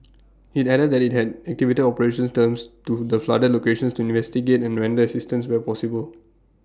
IT added that IT had activated operations terms to the flooded locations to investigate and render assistance where possible